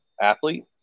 athlete